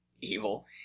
Evil